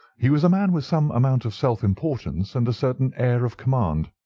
he was a man with some amount of self-importance and a certain air of command.